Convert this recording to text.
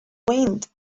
wind